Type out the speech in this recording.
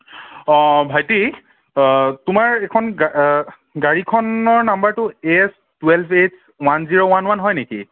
অ ভাইটি তোমাৰ এইখন গাড়ীখনৰ নাম্বাৰটো A S twelve H one zero one one হয় নেকি